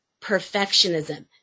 perfectionism